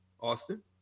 Austin